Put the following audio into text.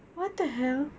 what the hell